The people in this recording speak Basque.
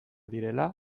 direla